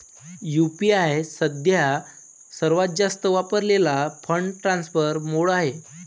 UPI सध्या सर्वात जास्त वापरलेला फंड ट्रान्सफर मोड आहे